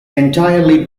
entirely